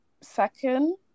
second